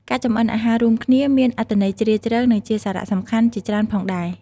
ការចម្អិនអាហាររួមគ្នាមានអត្ថន័យជ្រាលជ្រៅ និងជាសារៈសំខាន់ជាច្រើនផងដែរ ។